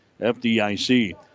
FDIC